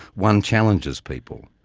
one challenges people.